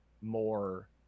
more